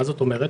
מה זאת אומרת?